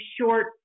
short